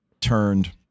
turned